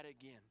again